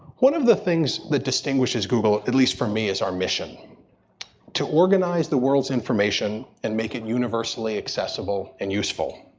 one of the things that distinguishes google, at least for me, is our mission to organize the world's information and make it universally accessible and useful.